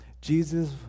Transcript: Jesus